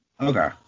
Okay